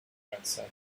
transcend